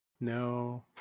no